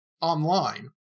online